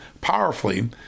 powerfully